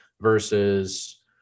versus